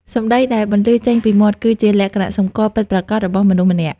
សម្ដីដែលបន្លឺចេញពីមាត់ គឺជា លក្ខណៈសម្គាល់ ពិតប្រាកដរបស់មនុស្សម្នាក់។